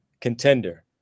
contender